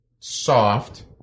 soft